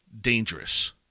dangerous